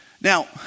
Now